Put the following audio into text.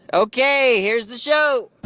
ok. here's the show